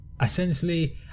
essentially